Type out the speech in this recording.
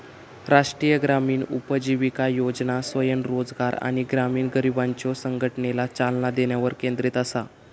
राष्ट्रीय ग्रामीण उपजीविका योजना स्वयंरोजगार आणि ग्रामीण गरिबांच्यो संघटनेला चालना देण्यावर केंद्रित असा